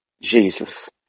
Jesus